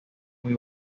muy